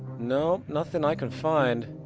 nope. nothing i can find.